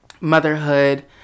motherhood